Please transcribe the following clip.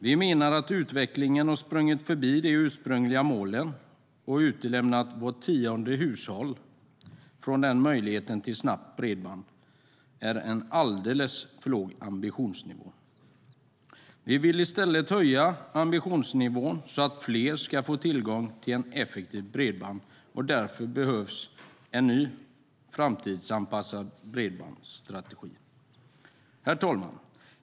Vi menar att utvecklingen har sprungit förbi de ursprungliga målen och att det är en alldeles för låg ambitionsnivå att utelämna vart tionde hushåll från möjligheten till snabbt bredband. Vi vill i stället höja ambitionsnivån så att fler ska få tillgång till effektivt bredband. Därför behövs en ny framtidsanpassad bredbandsstrategi.